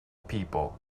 people